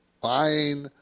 buying